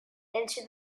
into